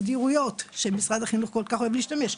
סדירויות שמשרד החינוך שכל כך אוהב להשתמש.